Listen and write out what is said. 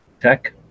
tech